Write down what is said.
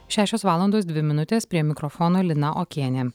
šešios valandos dvi minutės prie mikrofono lina okienė